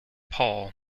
paul